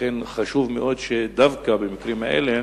לכן, חשוב מאוד שדווקא במקרים האלה